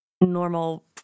normal